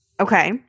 Okay